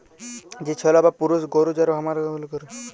যে ছেলা বা পুরুষ গরু যাঁকে হামরা ষাঁড় ব্যলি